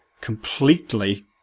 completely